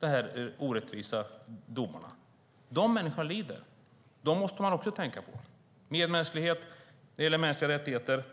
De orättvisa domarna drabbar människor. Dessa människor lider. Man måste tänka på dem också. Det handlar om medmänsklighet, och det handlar om mänskliga rättigheter.